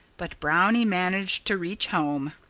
but brownie managed to reach home.